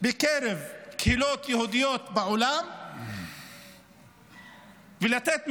בקרב קהילות יהודיות בעולם ולתת מענה,